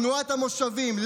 תנועת המושבים,